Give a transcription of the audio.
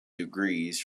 degrees